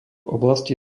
oblasti